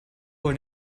wohl